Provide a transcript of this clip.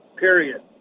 period